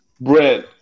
bread